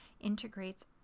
integrates